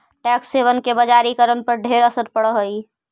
tax haven के बजारिकरण पर ढेर असर पड़ हई